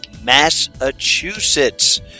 Massachusetts